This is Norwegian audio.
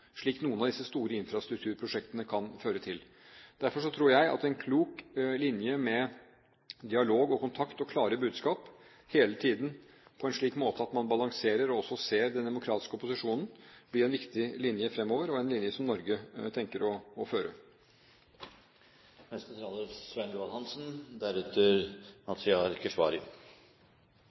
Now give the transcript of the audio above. slik noen av disse store infrastrukturprosjektene kan føre til. Derfor tror jeg at en klok linje med dialog og kontakt og klare budskap – hele tiden på en slik måte at man balanserer og også ser den demokratiske opposisjonen – blir en viktig linje framover og en linje som Norge tenker å føre. Interpellanten reiser spørsmål om hvilken rolle Norge kan spille for å